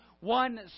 one